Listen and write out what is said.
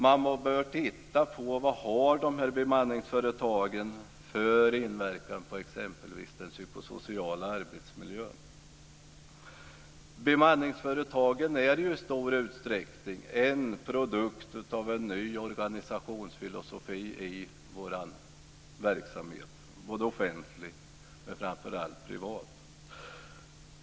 Man måste studera vilken inverkan som bemanningsföretagen har exempelvis på den psykosociala arbetsmiljön. Bemanningsföretagen är i stor utsträckning en produkt av en ny organisationsfilosofi i offentliga men framför allt i privata verksamheter.